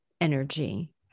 energy